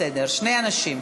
בסדר, שני אנשים.